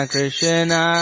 Krishna